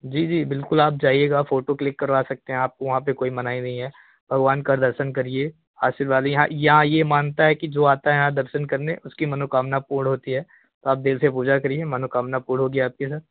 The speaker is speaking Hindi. जी जी बिल्कुल आप जाइएगा फोटो क्लिक करवा सकते हैं आपको वहाँ पे कोई मना ही नहीं है भगवान का दर्शन करिए आशीर्वाद यहाँ यहाँ ये मान्यता है कि जो आता है यहाँ दर्शन करने उसकी मनोकामना पूर्ण होती है तो आप दिल से पूजा करिए मनोकामना पूर्ण होगी आपकी सर